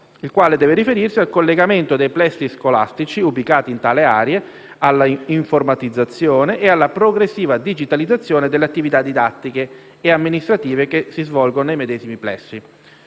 il quale deve riferirsi al collegamento dei plessi scolastici ubicati in tali aree, all'informatizzazione e alla progressiva digitalizzazione delle attività didattiche e amministrative che si svolgono nei medesimi plessi.